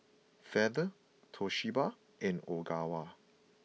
Feather Toshiba and Ogawa